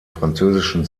französischen